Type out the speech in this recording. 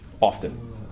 often